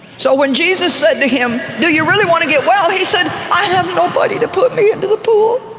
so when jesus said to him, do you really want to get well, he said, i have nobody to put me into the pool.